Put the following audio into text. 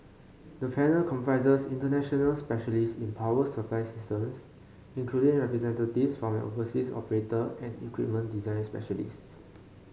the panel comprises international specialists in power supply systems including representatives from an overseas operator and equipment design specialists